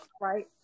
right